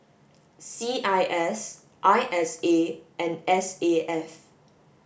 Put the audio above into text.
C I S I S A and S A F